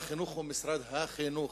משרד החינוך הוא משרד החינוך,